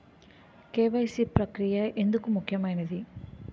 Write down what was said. KYC ప్రక్రియ ఎందుకు ముఖ్యమైనది?